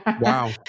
wow